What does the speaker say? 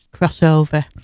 crossover